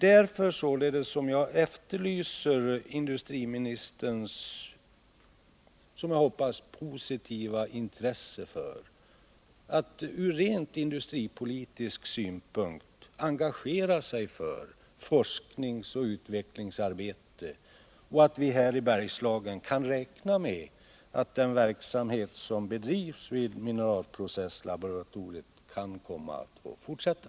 Därför efterlyser jag och hoppas på regeringens intresse av att ur rent industripolitisk synpunkt engagera sig i forskningsoch utvecklingsarbete, så att vi här i Bergslagen kan räkna med att den verksamhet som bedrivs vid mineralprocesslaboratoriet kan få fortsätta.